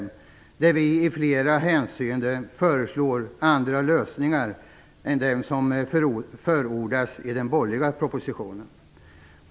I denna föreslår vi i flera hänseenden andra lösningar än vad som förordas i den borgerliga propositionen.